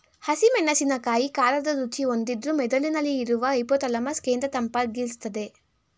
ಹಸಿ ಮೆಣಸಿನಕಾಯಿ ಖಾರದ ರುಚಿ ಹೊಂದಿದ್ರೂ ಮೆದುಳಿನಲ್ಲಿ ಇರುವ ಹೈಪೋಥಾಲಮಸ್ ಕೇಂದ್ರ ತಂಪಾಗಿರ್ಸ್ತದೆ